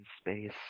space